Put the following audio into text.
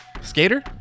skater